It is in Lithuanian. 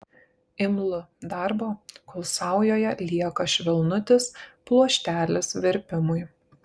imlu darbo kol saujoje lieka švelnutis pluoštelis verpimui